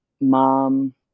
Mom